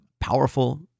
powerful